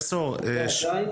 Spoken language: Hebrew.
עדיין,